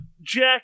Jack